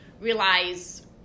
realize